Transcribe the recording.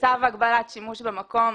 שימוש במקום